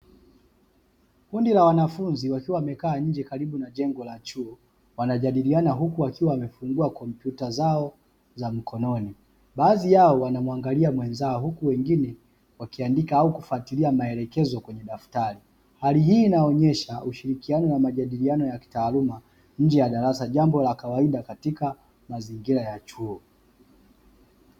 Kundi la wanafunzi wakiwa wamekaa nje karibu na jengo la chuo wanajadiliana huku wakiwa wamefungua kompyuta zao za mkononi baadhi yao wanamwangalia mwenzao huku wengine wakiandika au kufatilia maelekezo kwenye daftari hali hii inaonyesha ushirikiano na majadiliano nje ya darasa jambo linalowakuta mazingira ya chuo.